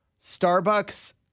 Starbucks